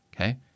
okay